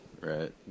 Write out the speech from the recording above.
Right